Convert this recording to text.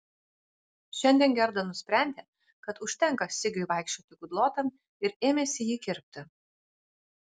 šiandien gerda nusprendė kad užtenka sigiui vaikščioti kudlotam ir ėmėsi jį kirpti